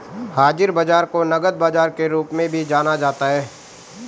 हाज़िर बाजार को नकद बाजार के रूप में भी जाना जाता है